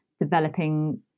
developing